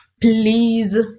please